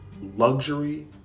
luxury